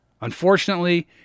Unfortunately